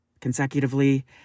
consecutively